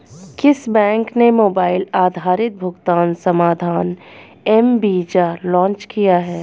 किस बैंक ने मोबाइल आधारित भुगतान समाधान एम वीज़ा लॉन्च किया है?